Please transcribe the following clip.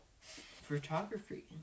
Photography